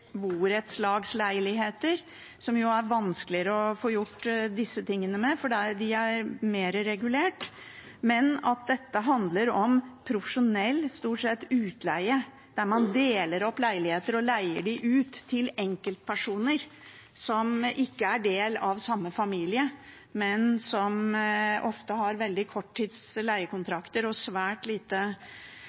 som er vanskeligere å få gjort disse tingene med fordi de er mer regulert. Dette handler om profesjonell utleie stort sett, der man deler opp leiligheter og leier dem ut til enkeltpersoner som ikke er del av samme familie, og som ofte har korttids leiekontrakter og svært lite